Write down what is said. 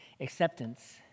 Acceptance